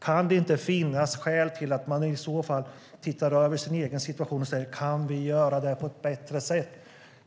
Kan det inte finnas skäl att se över sin egen situation och fråga sig om man inte kan göra det här på ett bättre sätt?